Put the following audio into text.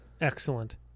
Excellent